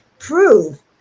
prove